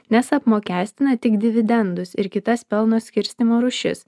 nes apmokestina tik dividendus ir kitas pelno skirstymo rūšis